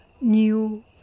new